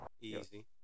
Easy